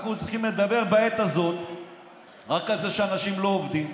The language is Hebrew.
אנחנו צריכים לדבר בעת הזאת רק על זה שאנשים לא עובדים,